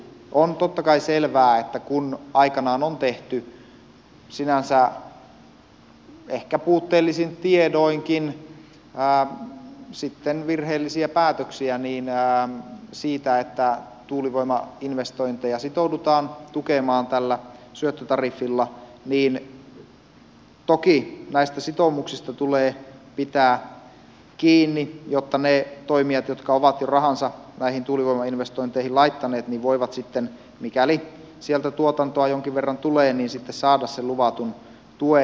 on totta kai selvää että kun aikanaan on tehty sinänsä ehkä puutteellisinkin tiedoin virheellisiä päätöksiä siitä että tuulivoimainvestointeja sitoudutaan tukemaan tällä syöttötariffilla niin toki näistä sitoumuksista tulee pitää kiinni jotta ne toimijat jotka ovat jo rahansa näihin tuulivoimainvestointeihin laittaneet voivat sitten mikäli sieltä tuotantoa jonkin verran tulee saada sen luvatun tuen